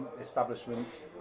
establishment